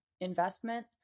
investment